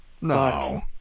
No